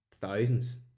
thousands